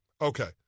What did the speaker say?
Okay